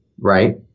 right